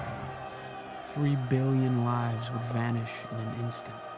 three billion lives would vanish in an instant